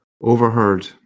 Overheard